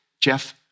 Jeff